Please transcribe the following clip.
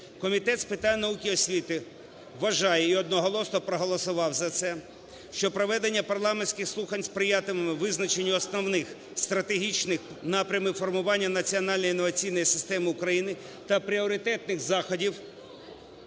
Комітет з питань науки і освіти вважає і одноголосно проголосував за це, що проведення парламентських слухань сприятиме визначенню основних стратегічних напрямів формування національної інноваційної системи України та пріоритетних заходів